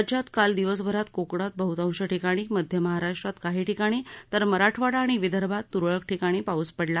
राज्यात काल दिवसभरात कोकणात बहतांश ठिकाणी मध्य महाराष्ट्रात काही ठिकाणी तर मराठवाडा आणि विदर्भात तूरळक ठिकाणी पाऊस पडला